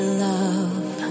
love